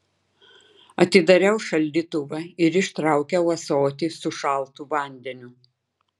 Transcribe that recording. atidariau šaldytuvą ir ištraukiau ąsotį su šaltu vandeniu